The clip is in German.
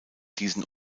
diesen